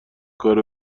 کار